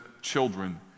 children